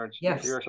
Yes